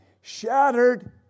shattered